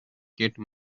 kate